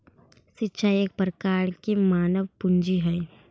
शिक्षा एक प्रकार के मानव पूंजी हइ